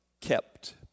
kept